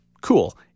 Cool